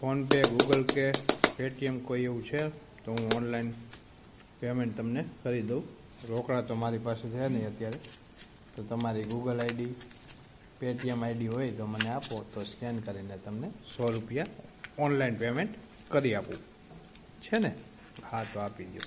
phone pay Google Pay કે Paytm કોઈ એવું છે તો હું ઓનલાઈન પેમેન્ટ તમને કરી દઉં રોકડા તો મારી પાસે છે નહીં અત્યારે તો તમારી ગૂગલ આઈડી પેટીયમ આઈડી હોય તો મને આપો તો સ્કેન કરીને તમને સો રૂપિયા ઓનલાઈન પેમેન્ટ કરી આપું છે ને હા તો આપી દો